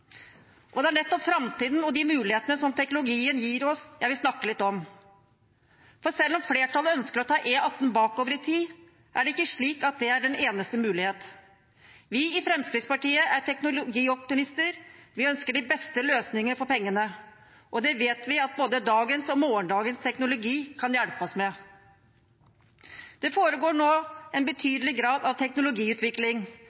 Og det er nettopp framtiden og de mulighetene som teknologien gir oss, jeg vil snakke litt om. For selv om flertallet ønsker å ta E18 bakover i tid, er det ikke slik at det er den eneste muligheten. Vi i Fremskrittspartiet er teknologioptimister. Vi ønsker de beste løsningene for pengene, og det vet vi at både dagens og morgendagens teknologi kan hjelpe oss med. Det foregår nå en